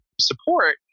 support